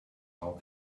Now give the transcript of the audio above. how